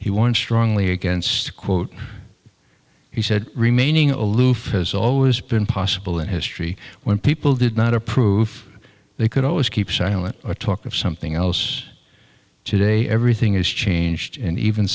wants truong lee against quote he said remaining aloof has always been possible in history when people did not approve they could always keep silent or talk of something else today everything is changed and even